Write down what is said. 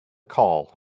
call